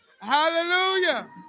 Hallelujah